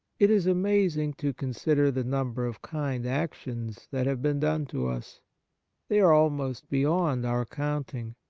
it is amazing to con sider the number of kind actions that have been done to us they are almost beyond our counting.